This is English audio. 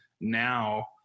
now